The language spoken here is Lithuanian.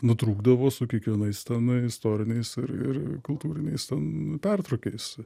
nutrūkdavo su kiekvienais tenai istoriniais ir ir kultūriniais ten pertrūkiais